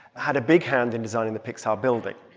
had a big hand in designing the pixar building.